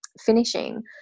finishing